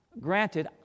granted